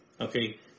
okay